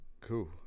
Cool